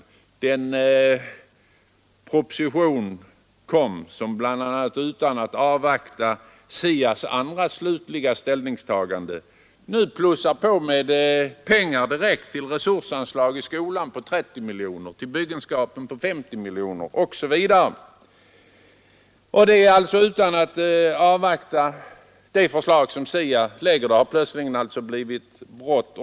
I denna proposition föreslår man ytterligare 30 miljoner kronor direkt till resursanslag i skolan och 50 miljoner kronor mer till skolbyggen, och detta utan att avvakta SIA:s slutliga ställningstagande härom. Det har alltså plötsligt blivit bråttom.